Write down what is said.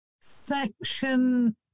Section